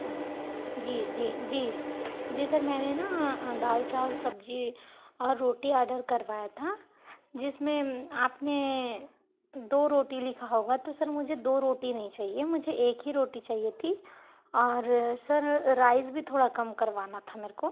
अच्छा जी जी जी जी सर मैंने ना दाल चावल सब्जी और रोटी ऑर्डर करवाया था जिसमें आप ने दो रोटी लिखा होगा तो सर मुझे दो रोटी नहीं चाहिए मुझे एक ही रोटी चाहिए थी और सर राइस भी थोड़ा कम करवाना था मेरे को